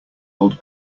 old